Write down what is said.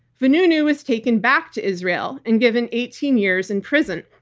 vanunu was taken back to israel and given eighteen years in prison.